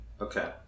okay